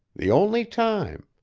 the only time.